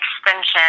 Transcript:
extension